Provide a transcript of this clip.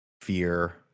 fear